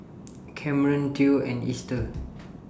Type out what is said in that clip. Camren Theo and Ester